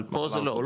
אבל פה זה לא,